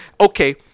Okay